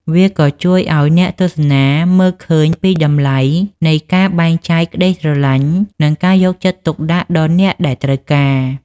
វាក៏ជួយឲ្យអ្នកទស្សនាមើលឃើញពីតម្លៃនៃការបែងចែកក្ដីស្រឡាញ់ និងការយកចិត្តទុកដាក់ដល់អ្នកដែលត្រូវការ។